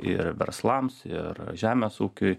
ir verslams ir žemės ūkiui